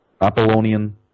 Apollonian